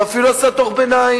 ואפילו עשה דוח ביניים.